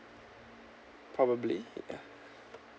probably ya